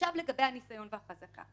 לגבי הניסיון והחזקה